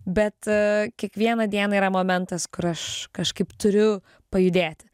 bet a kiekvieną dieną yra momentas kur aš kažkaip turiu pajudėti